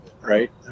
right